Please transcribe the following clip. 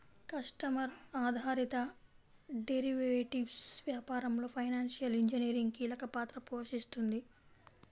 customer ఆధారిత derivatives వ్యాపారంలో financial engineering కీలక పాత్ర పోషిస్తుంది